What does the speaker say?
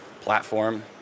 platform